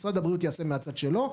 משרד הבריאות יעשה מהצד שלו.